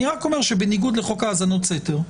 אני רק אומר שבניגוד לחוק האזנת סתר,